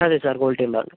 അതെ സാർ ക്വാളിറ്റിയുള്ളതാണ്